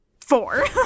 four